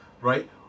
right